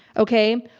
okay?